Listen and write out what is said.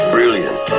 Brilliant